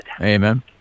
Amen